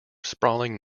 sprawling